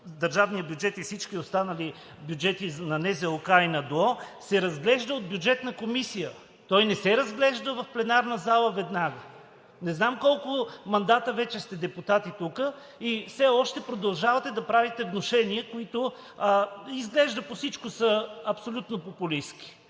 на бюджета – на държавния, на НЗОК и на ДОО, се разглежда от Бюджетната комисия – той не се разглежда в пленарната зала веднага. Не знам колко мандата вече сте депутати тук и все още продължавате да правите внушения, които, изглежда по всичко, са абсолютно популистки.